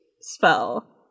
spell